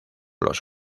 los